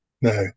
No